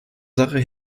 sache